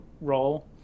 role